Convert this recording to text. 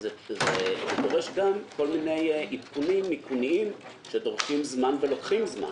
וזה דורש גם כל מיני עדכונים מיכוניים שדורשים זמן ולוקחים זמן.